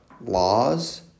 laws